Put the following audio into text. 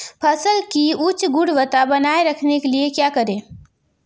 फसल की उच्च गुणवत्ता बनाए रखने के लिए क्या करें?